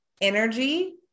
energy